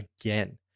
again